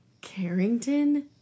Carrington